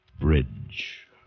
Bridge